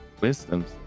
wisdoms